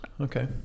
Okay